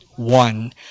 one